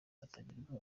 atangirwa